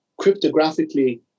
cryptographically